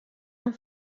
amb